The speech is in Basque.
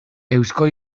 eusko